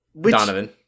Donovan